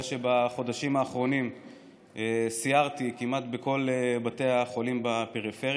אחרי שבחודשים האחרונים סיירתי כמעט בכל בתי החולים בפריפריה,